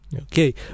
Okay